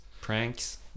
pranks